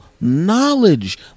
knowledge